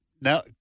now